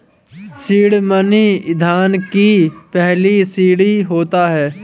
seed money ईंधन की पहली सीढ़ी होता है